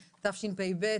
תשפ"ב,